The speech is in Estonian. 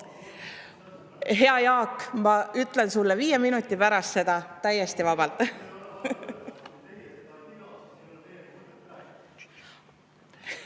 Hea Jaak, ma ütlen sulle viie minuti pärast seda täiesti vabalt.